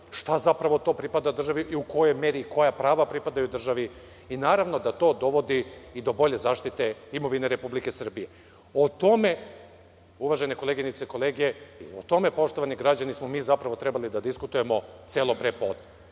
šta zapravo to pripada državi i u kojoj meri koja prava pripadaju državi. Naravno da to dovodi i do bolje zaštite imovine Republike Srbije.O tome, uvažene koleginice i kolege, i o tome poštovani građani smo mi zapravo trebali da diskutujemo celo pre podne.